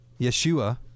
Yeshua